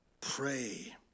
Pray